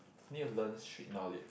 need to learn street knowledge